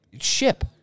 ship